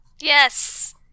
Yes